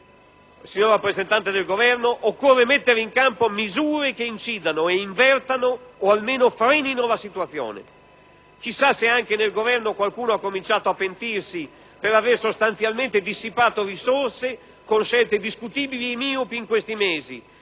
signor rappresentante del Governo, occorre mettere in campo misure che incidano e invertano o almeno frenino la situazione. Chissà se anche nel Governo qualcuno ha cominciato a pentirsi per aver, in questi mesi, sostanzialmente dissipato risorse con scelte discutibili e miopi: dai due